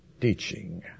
teaching